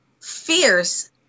fierce